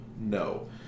No